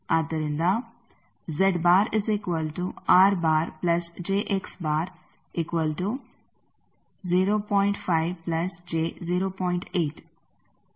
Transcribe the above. ಆದ್ದರಿಂದ ನಂತರ ನೀವು ಅನ್ನು 0